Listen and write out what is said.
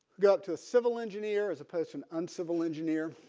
go to a civil engineer as opposed and uncivil engineer